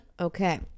Okay